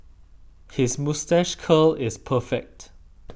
his moustache curl is perfect